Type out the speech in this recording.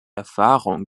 erfahrung